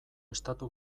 estatu